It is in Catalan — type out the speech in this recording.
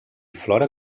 flora